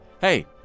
hey